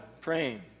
praying